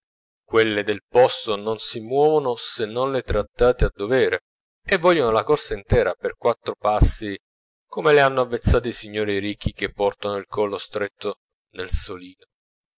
quelle del posto non si muovono se non le trattate a dovere e voglion la corsa intera per quattro passi come le hanno avvezzate i signori ricchi che portano il collo stretto nel solino